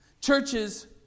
Churches